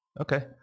Okay